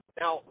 now